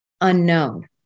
unknown